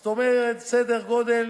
זאת אומרת, סדר-גודל